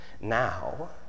Now